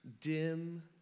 dim